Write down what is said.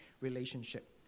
relationship